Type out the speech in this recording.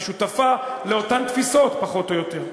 שותפה לאותן תפיסות פחות או יותר,